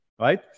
Right